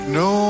no